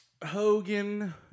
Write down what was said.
Hogan